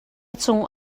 cung